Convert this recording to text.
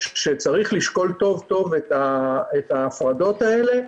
שצריך לשקול טוב טוב את ההפרדות האלה,